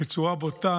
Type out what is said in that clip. בצורה בוטה,